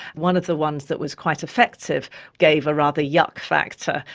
one of the ones that was quite effective gave a rather yuck factor,